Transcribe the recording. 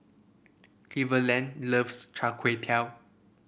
Cleveland loves Char Kway Teow